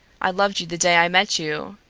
i loved you the day i met you.